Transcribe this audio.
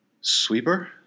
sweeper